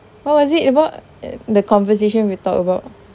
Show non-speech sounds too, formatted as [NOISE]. what was it about [NOISE] the conversation we talk about